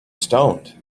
stoned